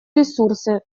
ресурсы